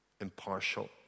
impartial